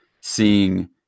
seeing